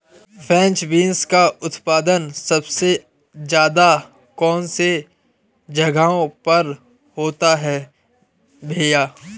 French beans का उत्पादन सबसे ज़्यादा कौन से जगहों पर होता है भैया?